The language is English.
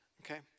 okay